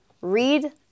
read